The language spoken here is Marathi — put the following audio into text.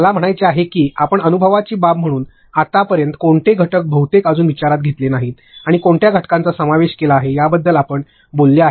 मला म्हणायचे आहे की आपण अनुभवाची बाब म्हणून आतापर्यंत कोणते घटक बहुतेक अजून विचारात घेतले नाहीत आणि कोणत्या घटकांचा समावेश केला आहे याबद्दल आपण बोलले आहे